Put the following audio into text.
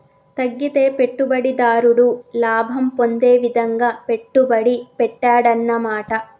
తగ్గితే పెట్టుబడిదారుడు లాభం పొందే విధంగా పెట్టుబడి పెట్టాడన్నమాట